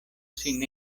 sin